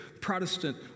Protestant